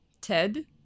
Ted